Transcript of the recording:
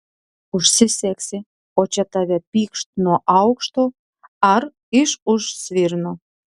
užsisegsi o čia tave pykšt nuo aukšto ar iš už svirno